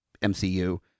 MCU